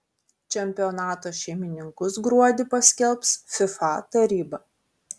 čempionato šeimininkus gruodį paskelbs fifa taryba